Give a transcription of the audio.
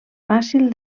fàcil